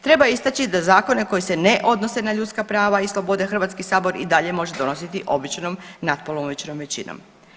Treba istaći da zakone koji se ne odnose na ljudska prava i slobode HS i dalje može donositi običnom natpolovičnom većinom.